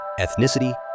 ethnicity